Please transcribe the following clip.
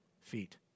feet